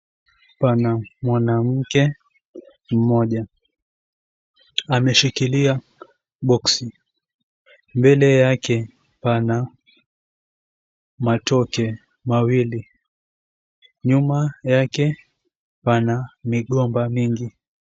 Pana mwanamke mmoja ameshikilia boksi. Mbele yake pana matoke mawili. Nyuma yake pana migomba mingi.